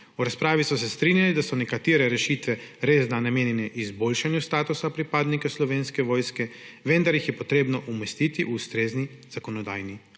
V razpravi so se strinjali, da so nekatere rešitve resda namenjene izboljšanju statusa pripadnika Slovenske vojske, vendar jih je potrebno umestiti v ustrezni zakonodajni